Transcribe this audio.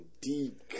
deep